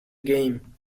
game